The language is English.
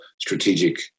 strategic